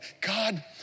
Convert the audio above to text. God